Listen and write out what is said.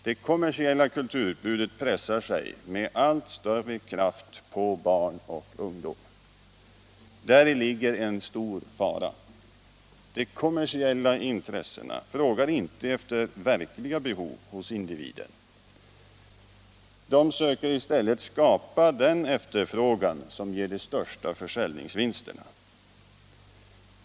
Det kommersiella kulturutbudet pressar sig med allt större kraft på barn och ungdom. Däri ligger en stor fara. De kommersiella intressena frågar inte efter verkliga behov hos individen. De söker i stället skapa den efterfrågan som ger de största försäljningsvinsterna.